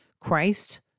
Christ